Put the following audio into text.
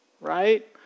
right